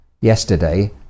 yesterday